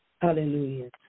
Hallelujah